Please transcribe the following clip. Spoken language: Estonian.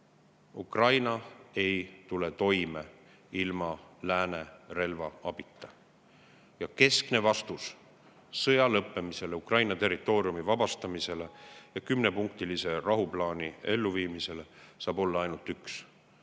Ukraina ei tule toime ilma lääne relvaabita. Keskne vastus sõja lõppemisele, Ukraina territooriumi vabastamisele ja kümnepunktilise rahuplaani elluviimisele saab olla ainult üks: